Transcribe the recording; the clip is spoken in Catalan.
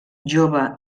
jove